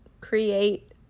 create